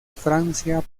francia